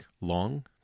long